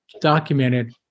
documented